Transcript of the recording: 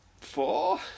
Four